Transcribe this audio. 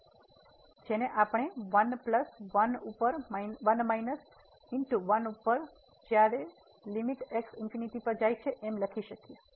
તેથી જેને આપણે 1 પ્લસ 1 ઉપર 1 માઈનસ 1 ઉપર અને જ્યારે લિમિટ x ∞ પર જાય એમ લખી શકીએ